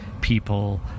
people